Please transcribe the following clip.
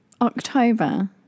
october